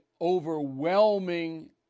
overwhelming